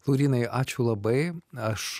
laurynai ačiū labai aš